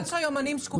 יש יומנים שקופים,